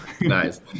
Nice